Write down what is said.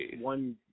one